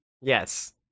Yes